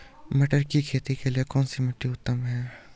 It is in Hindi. मटर की खेती के लिए कौन सी मिट्टी उत्तम है?